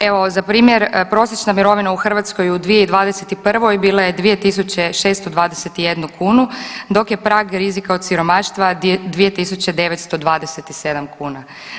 Evo za primjer prosječna mirovina u Hrvatskoj u 2021. bila je 2621 kunu, dok je prag rizika od siromaštva 2927 kuna.